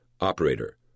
Operator